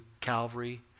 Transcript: Calvary